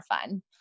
fun